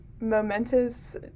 momentous